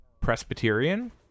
Presbyterian